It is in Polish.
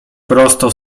prosto